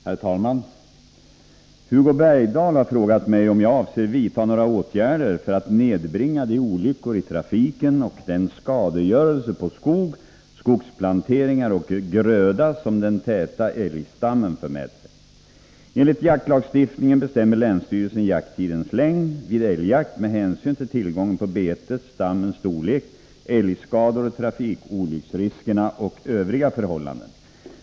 Herr talman! Hugo Bergdahl har frågat mig om jag avser vidta några åtgärder för att nedbringa de olyckor i trafiken och den skadegörelse på skog, skogsplanteringar och gröda som den täta älgstammen för med sig. Enligt jaktlagstiftningen bestämmer länsstyrelsen jakttidens längd vid älgjakt med hänsyn till tillgången på bete, stammens storlek, älgskador, trafikolycksriskerna och övriga förhållanden.